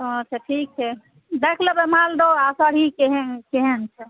हँ से ठीक छै देख लेबै मालदह आ सरही केहन छै